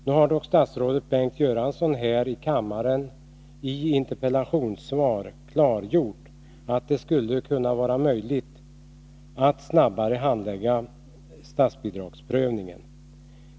Nu har statsrådet Bengt Göransson här i kammaren i ett interpellationssvar klargjort att det skulle vara möjligt att snabbare handlägga statsbidragsprövningen.